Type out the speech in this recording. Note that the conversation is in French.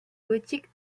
gothique